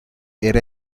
era